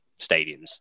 stadiums